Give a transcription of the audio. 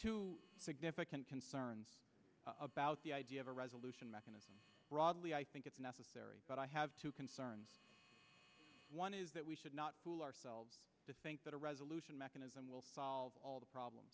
significant concerns about the idea of a resolution mechanism broadly i think it's necessary but i have two concerns one is that we should not fool ourselves to think that a resolution mechanism will solve all the